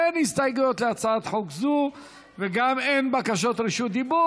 אין הסתייגויות להצעת חוק זו וגם אין בקשות רשות דיבור.